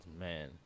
Man